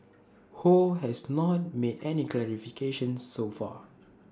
ho has not made any clarifications so far